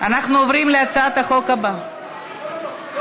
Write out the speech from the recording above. עוברים להצעת החוק הבאה,